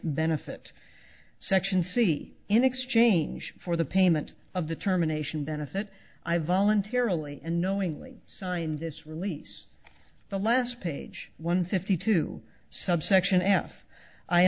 benefit section c in exchange for the payment of the terminations benefit i voluntarily and knowingly signed this release the last page one fifty two subsection f i